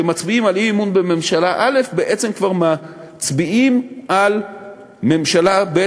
כשמצביעים על אי-אמון בממשלה א' בעצם כבר מצביעים על ממשלה ב',